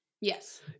Yes